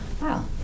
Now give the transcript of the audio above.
wow